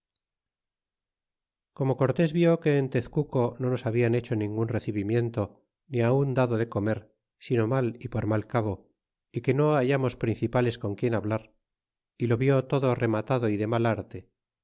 como cortés vió que en tezcuce no nos habian hecho ningun recibimiento ni aun dado de comer sino mal y por mal cabo y que no hallamos principales con quien hablar y lo vi todo rematado y de mal arte